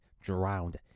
drowned